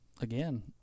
Again